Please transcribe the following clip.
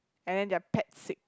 and then their pet sick